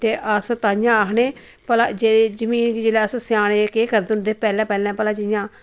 ते अस्स ताइयें आखने भला जे जमीन गी जेल्लै अस स्याने केह् करदे हुन्दे हे पैहला पैहलां जियां